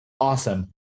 awesome